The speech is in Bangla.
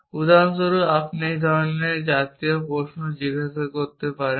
উদাহরণস্বরূপ আপনি এই জাতীয় প্রশ্ন জিজ্ঞাসা করতে পারেন